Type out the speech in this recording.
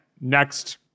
Next